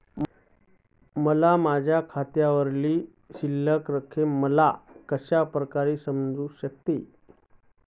माझ्या खात्यावरची शिल्लक रक्कम मला कशा प्रकारे समजू शकते?